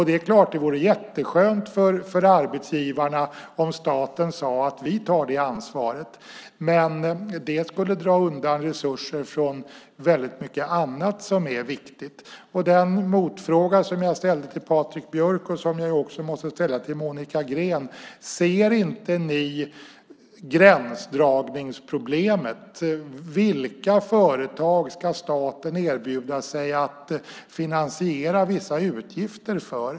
Det vore naturligtvis jätteskönt för arbetsgivarna om staten tog det ansvaret. Men det skulle dra undan resurser från väldigt mycket annat som är viktigt. Den motfråga som jag ställde till Patrik Björck och som jag också måste ställa till Monica Green är: Ser ni inte gränsdragningsproblemet? Vilka företag ska staten erbjuda sig att finansiera vissa utgifter för?